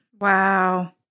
Wow